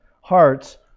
hearts